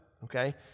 Okay